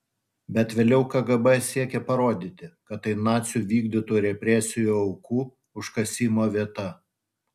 bet vėliau kgb siekė parodyti kad tai nacių vykdytų represijų aukų užkasimo vieta